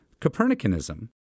Copernicanism